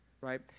right